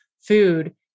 food